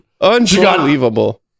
unbelievable